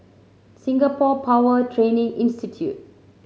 Singapore Power Training Institute